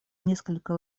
несколько